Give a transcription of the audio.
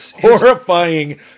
horrifying